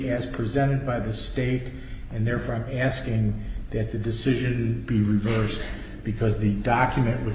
as presented by the state and therefore asking that the decision be reversed because the document